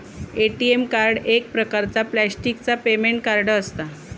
ATM card एक प्रकारचा प्लॅस्टिकचा पेमेंट कार्ड असता